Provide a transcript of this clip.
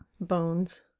Bones